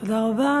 תודה רבה.